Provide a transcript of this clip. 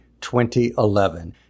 2011